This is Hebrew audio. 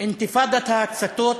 אינתיפאדת ההצתות,